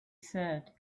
said